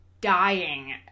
dying